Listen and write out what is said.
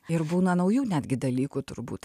ir būna naujų netgi dalykų turbūt